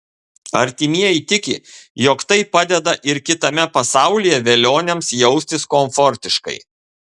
artimieji tiki jog tai padeda ir kitame pasaulyje velioniams jaustis komfortiškai